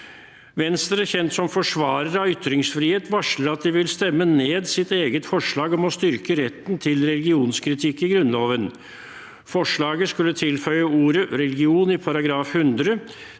«Venstre, kjent som forsvarer av ytringsfrihet, varsler at de vil stemme ned sitt eget forslag om å styrke retten til religionskritikk i Grunnloven. Forslaget skulle tilføye ordet «religion» i